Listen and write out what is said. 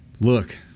Look